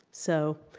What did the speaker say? so,